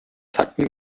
tacken